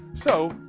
so.